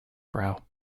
brow